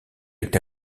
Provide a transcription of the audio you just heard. est